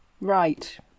Right